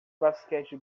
basquete